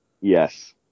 Yes